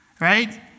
Right